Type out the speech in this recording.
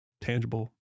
tangible